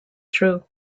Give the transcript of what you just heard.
true